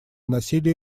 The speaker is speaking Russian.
насилия